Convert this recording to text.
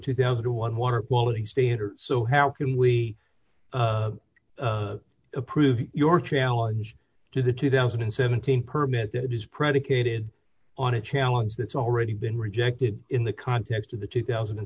two thousand and one water quality standard so how can we approve your challenge to the two thousand and seventeen permit that is predicated on a challenge that's already been rejected in the context of the two thousand and